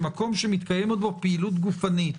שמקום שמתקיימת בו פעילות גופנית,